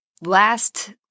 Last